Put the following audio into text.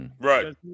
right